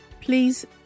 please